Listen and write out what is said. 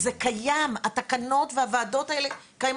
ושמאוד הייתי רוצה שהדברים האלה יתקדמו,